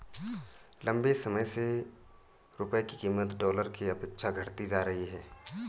लंबे समय से रुपये की कीमत डॉलर के अपेक्षा घटती जा रही है